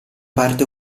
parte